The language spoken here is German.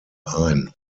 ein